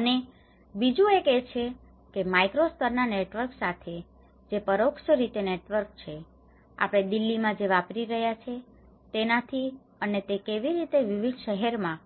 અને બીજું એક એ છે કે માઈક્રો સ્તર ના નેટવર્ક સાથે કે જેમાં પરોક્ષ રીતે નેટવર્ક છે આપણે દિલ્હીમાં જે વાપરી રહ્યા છીએ તેનાથી અને તે કેવી રીતે વિવિધ શહેરોમાં